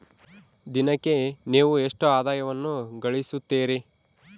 ದಿನಕ್ಕೆ ನೇವು ಎಷ್ಟು ಆದಾಯವನ್ನು ಗಳಿಸುತ್ತೇರಿ?